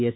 S